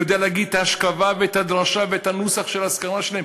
יודע להגיד את האשכבה ואת הדרשה ואת הנוסח של האזכרה שלהם.